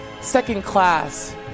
second-class